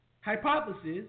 hypothesis